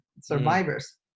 survivors